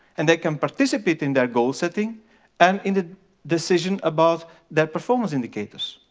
and they can participate in their goal setting and in the decision about their performance indicators.